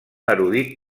erudit